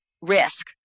risk